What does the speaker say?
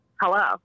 Hello